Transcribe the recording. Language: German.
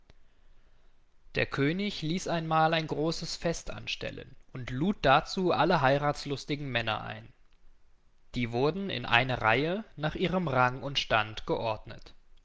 der könig ließ einmal ein großes fest anstellen und lud dazu alle heirathslustigen männer ein die wurden in eine reihe nach ihrem rang und stand geordnet